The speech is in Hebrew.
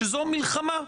שזו מלחמה,